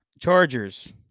Chargers